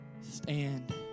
stand